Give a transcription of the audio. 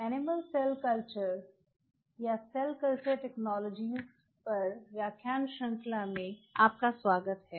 animal cell culture या cell culture technologies पर व्याख्यान श्रृंखला में आपका स्वागत है